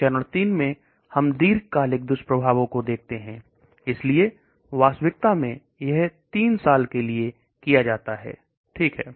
फिर चरण 3 में हम दीर्घकालीन दुष्प्रभावों को देखते हैं इसलिए वास्तविकता में यह 3 साल के लिए किया जाता है ठीक है